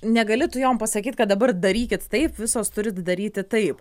negali tu jom pasakyt kad dabar darykit taip visos turit daryti taip